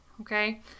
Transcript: Okay